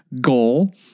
goal